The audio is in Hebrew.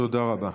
תודה רבה.